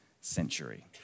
century